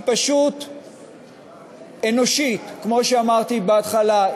היא פשוט אנושית, כמו שאמרתי בהתחלה.